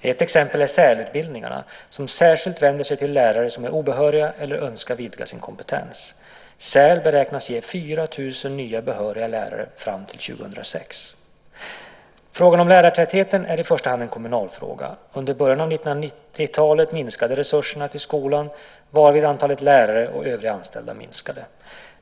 Ett exempel är SÄL-utbildningarna, som särskilt vänder sig till lärare som är obehöriga eller önskar vidga sin kompetens. SÄL beräknas ge 4 000 nya behöriga lärare fram till 2006. Frågan om lärartätheten är i första hand en kommunal fråga. Under början av 1990-talet minskade resurserna till skolan, varvid antalet lärare och övriga anställda minskade.